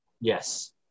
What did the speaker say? Yes